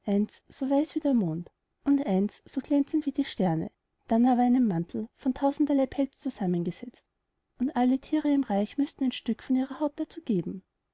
so weiß wie der mond und eins so glänzend wie die sterne dann aber einen mantel von tausenderlei pelz zusammengesetzt und alle thiere im reich müßten ein stück von ihrer haut dazu geben